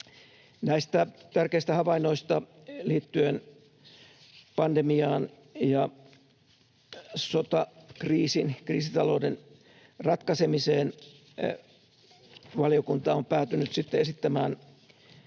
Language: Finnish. Näistä tärkeistä havainnoista liittyen pandemiaan ja sotakriisin, kriisitalouden, ratkaisemiseen valiokunta on päätynyt sitten